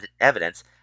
evidence